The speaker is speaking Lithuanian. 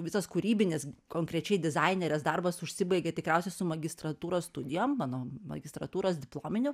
visas kūrybinis konkrečiai dizainerės darbas užsibaigė tikriausiai su magistratūros studijom mano magistratūros diplominiu